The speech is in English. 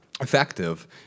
effective